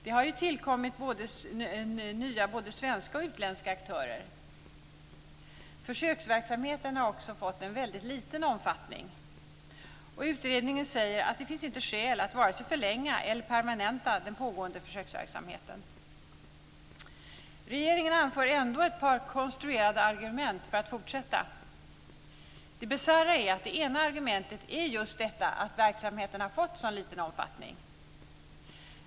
Det har ju tillkommit nya både svenska och utländska aktörer. Försöksverksamheten har också fått en väldigt liten omfattning. Och utredningen säger att det inte finns skäl att vare sig förlänga eller permanenta den pågående försöksverksamheten. Regeringen anför ändå ett par konstruerade argument för att fortsätta. Det bisarra är att det ena argumentet just är detta att verksamheten har fått en så liten omfattning.